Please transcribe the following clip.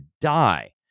die